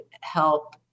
help